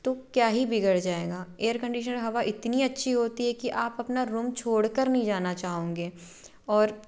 तो क्या ही बिगड़ जाएगा एयर कंडीशनर हवा इतनी अच्छी होती है कि आप अपना रूम छोड़ कर नहीं जाना चाहोगे और